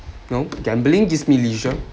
you know gambling gives me leisure